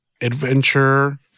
adventure